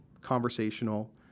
conversational